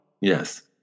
yes